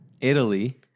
Italy